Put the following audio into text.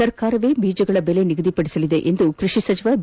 ಸರ್ಕಾರವೇ ಬೀಜಗಳ ಬೆಲೆ ನಿಗದಿಪಡಿಸಲಿದೆ ಎಂದು ಕೃಷಿ ಸಚಿವ ಬಿ